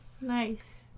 Nice